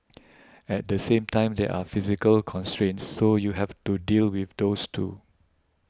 at the same time there are physical constraints so you have to deal with those too